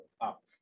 up